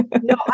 No